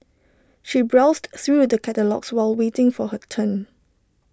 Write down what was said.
she browsed through the catalogues while waiting for her turn